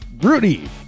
Rudy